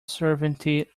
sovereignty